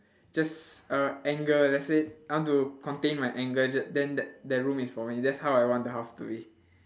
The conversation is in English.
just uh anger let's say I want to contain my anger j~ then that that room is for me that's how I want the house to be